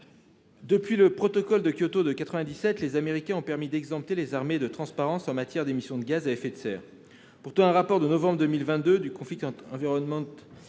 Depuis le protocole de Kyoto de 1997, les Américains ont permis d'exempter les armées de transparence en matière d'émissions de gaz à effet de serre (GES). Pourtant, un rapport de novembre 2022 du estime que les émissions